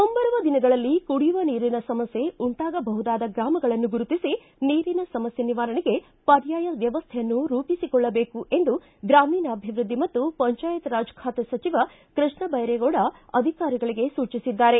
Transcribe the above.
ಮುಂಬರುವ ದಿನಗಳಲ್ಲಿ ಕುಡಿಯುವ ನೀರಿನ ಸಮಸ್ಥೆ ಉಂಟಾಗಬಹುದಾದ ಗ್ರಾಮಗಳನ್ನು ಗುರುತಿಸಿ ನೀರಿನ ಸಮಸ್ಥೆ ನಿವಾರಣೆಗೆ ಪರ್ಯಾಯ ಮ್ಯವಸ್ಟೆಯನ್ನು ರೂಪಿಸಿಕೊಳ್ಳಬೇಕು ಎಂದು ಗ್ರಾಮೀಣಾಭಿವೃದ್ದಿ ಮತ್ತು ಪಂಚಾಯತ್ ರಾಜ್ ಖಾತೆ ಸಚಿವ ಕೃಷ್ಣ ದೈರೇಗೌಡ ಆಧಿಕಾರಿಗಳಿಗೆ ಸೂಚಿಸಿದ್ದಾರೆ